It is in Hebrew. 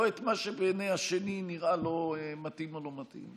לא את מה שבעיני השני נראה מתאים או לא מתאים,